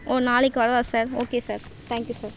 ஓ நாளைக்கு வரவா sir okay sir thank you sir